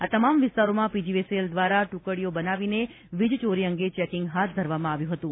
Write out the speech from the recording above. આ તમામ વિસ્તારોમાં પીજીવીસીએલ દ્વારા ટૂકડીઓ બનાવીને વીજચોરી અંગે ચેકીંગ હાથ ધરવામાં આવ્યું હતું